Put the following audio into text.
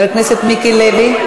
חבר הכנסת מיקי לוי,